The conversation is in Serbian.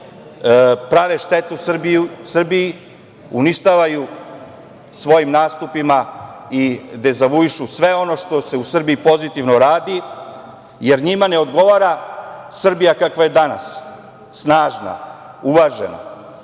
prave štetu Srbiji, uništavaju svojim nastupima i dezavuišu sve ono što se u Srbiji pozitivno radi, jer njima ne odgovara Srbija kakva je danas, snažna, uvažena.